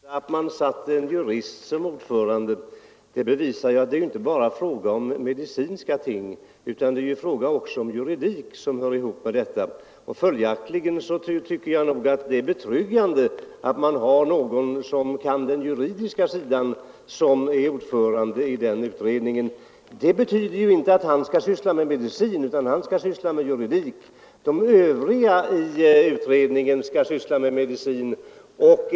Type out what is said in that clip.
Herr talman! Att man har satt en jurist som ordförande visar att det inte bara är fråga om medicinska ting utan också om juridik. Följaktligen tycker jag det är betryggande att man har någon som kan den juridiska sidan som ordförande i utredningen. Det betyder inte att han skall syssla med medicin, utan han skall syssla med juridik. De övriga i utredningen skall syssla med medicin.